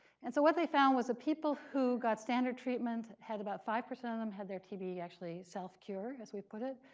and so what they found was people who got standard treatment had about five percent of them had their tb actually self-cure as we put it.